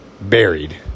buried